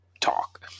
talk